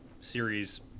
series